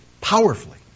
powerfully